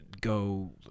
go